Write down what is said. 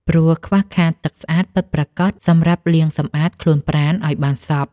ព្រោះខ្វះខាតទឹកស្អាតពិតប្រាកដសម្រាប់លាងសម្អាតខ្លួនប្រាណឱ្យបានសព្វ។